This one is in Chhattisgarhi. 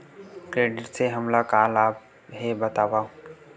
क्रेडिट से हमला का लाभ हे बतावव?